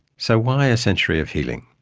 so why a century of healing?